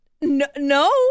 No